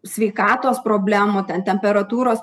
sveikatos problemų ten temperatūros